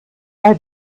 bei